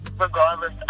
regardless